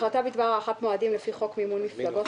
"החלטה בדבר הארכת מועדים לפי חוק מימון מפלגות,